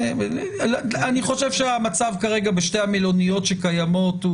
אני חושב שהמצב כרגע בשתי המלוניות שקיימות,